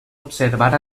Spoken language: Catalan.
observar